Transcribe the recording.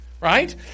right